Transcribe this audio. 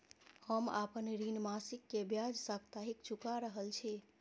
हम आपन ऋण मासिक के ब्याज साप्ताहिक चुका रहल छी